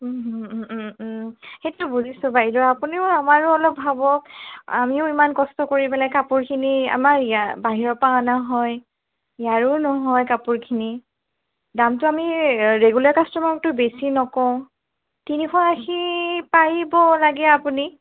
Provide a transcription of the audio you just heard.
ওঁ ওঁ সেইটো বুজিছোঁ বাইদেউ আপুনিও আমাৰো অলপ ভাৱক আমিও ইমান কষ্ট কৰি পেলাই কাপোৰখিনি আমাৰ ইয়াৰ বাহিৰৰ পৰা অনা হয় ইয়াৰো নহয় কাপোৰখিনি দামটো আমি ৰেগুলাৰ কাষ্টমাৰকতো বেছি নকওঁ তিনিশ আশী পাৰিব লাগে আপুনি